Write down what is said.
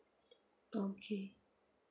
okay